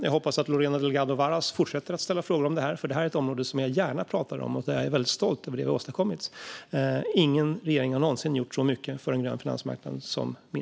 Jag hoppas att Lorena Delgado Varas fortsätter att ställa frågor om detta, för det är ett ämne som jag gärna pratar om och där jag är väldigt stolt över det vi har åstadkommit. Ingen regering har någonsin gjort så mycket för en grön finansmarknad som min.